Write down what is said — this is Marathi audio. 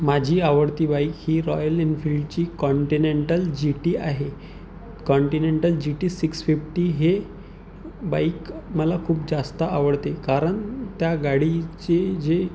माझी आवडती बाईक ही रॉयल एन्फिल्डची कॉनटिनेंटल जी टी आहे continental G T six fifty हे बाईक मला खूप जास्त आवडते कारण त्या गाडीचे जे